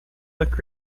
look